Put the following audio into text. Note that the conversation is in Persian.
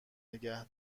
نگه